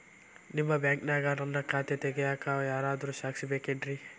ನಿಮ್ಮ ಬ್ಯಾಂಕಿನ್ಯಾಗ ನನ್ನ ಖಾತೆ ತೆಗೆಯಾಕ್ ಯಾರಾದ್ರೂ ಸಾಕ್ಷಿ ಬೇಕೇನ್ರಿ?